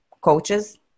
coaches